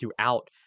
throughout